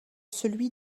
celui